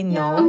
no